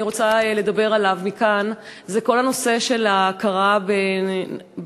שאני רוצה לדבר עליו מכאן הוא כל נושא ההכרה בבנות-זוג.